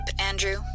Andrew